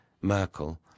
Merkel